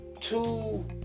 two